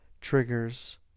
triggers